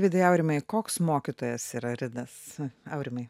vidai aurimai koks mokytojas yra ridas aurimai